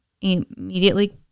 immediately